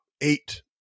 eight